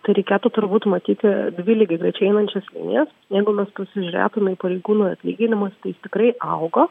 tai reikėtų turbūt matyti dvi lygiagrečiai einančias linijas jeigu mes pasižiūrėtume į pareigūnų atlyginimus tai tikrai augo